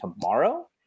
tomorrow